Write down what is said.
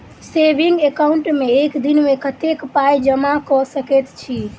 Saving account मे एक दिनमे कतेक पाई जमा कऽ सकैत छी?